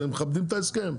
מכבדים את ההסכם.